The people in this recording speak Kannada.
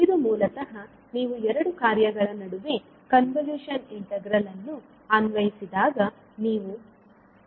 ಇದು ಮೂಲತಃ ನೀವು ಎರಡು ಕಾರ್ಯಗಳ ನಡುವೆ ಕನ್ವಲೂಶನ್ ಇಂಟಿಗ್ರಲ್ ಅನ್ನು ಅನ್ವಯಿಸಿದಾಗ ನೀವು ಪಡೆಯುವ ಔಟ್ಪುಟ್ ಆಗಿದೆ